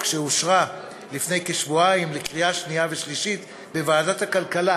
שאושרה לפני כשבועיים לקריאה שנייה ושלישית בוועדת הכלכלה,